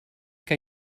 que